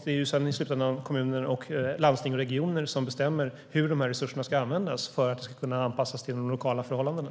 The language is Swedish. Det är i slutändan kommunerna, landstingen och regionerna som bestämmer hur resurserna ska användas, för att det ska kunna anpassas till de lokala förhållandena.